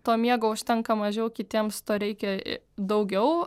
to miego užtenka mažiau kitiems to reikia e daugiau